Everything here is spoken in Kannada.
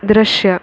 ದೃಶ್ಯ